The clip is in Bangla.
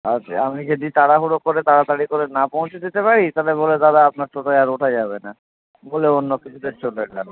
আর আমি যদি তাড়াহুড়ো করে তাড়াতাড়ি করে না পৌঁছে দিতে পারি তাহলে বলবে দাদা আপনার টোটোয় আর ওঠা যাবে না বলে অন্য কিছুতে চলে যাবে